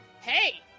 hey